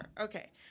Okay